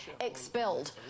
expelled